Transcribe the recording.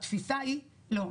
התפיסה היא לא,